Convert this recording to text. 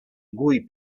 guy